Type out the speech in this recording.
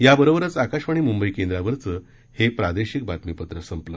याबरोबरच आकाशवाणी मुंबई केंद्रावरचं हे प्रादेशिक बातमीपत्र संपलं